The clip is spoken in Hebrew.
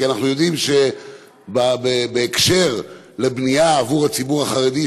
כי אנחנו יודעים שבהקשר של בנייה עבור הציבור החרדי,